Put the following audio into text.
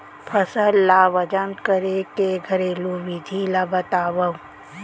फसल ला वजन करे के घरेलू विधि ला बतावव?